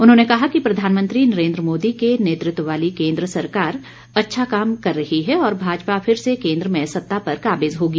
उन्होंने कहा कि प्रधानमंत्री नरेन्द्र मोदी के नेतृत्व वाली केन्द्र सरकार अच्छा काम कर रही है और भाजपा फिर से केन्द्र में सत्ता पर काबिज होगी